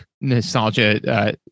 nostalgia